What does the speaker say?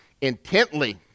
intently